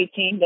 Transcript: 18